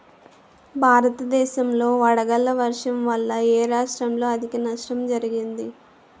భారతదేశం లో వడగళ్ల వర్షం వల్ల ఎ రాష్ట్రంలో అధిక నష్టం జరిగింది?